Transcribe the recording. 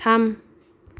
थाम